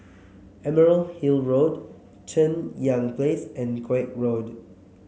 Emerald Hill Road Cheng Yan Place and Koek Road